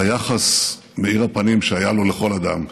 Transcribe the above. ביחס מאיר הפנים שהיה לכל אדם.